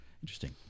Interesting